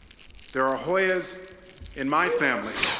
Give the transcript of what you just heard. there are hoyas in my family.